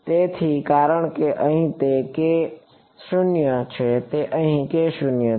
તેથી કારણ કે તે અહીં છે તે અહીં છે